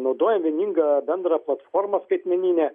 naudoja vieningą bendrą platformą skaitmeninę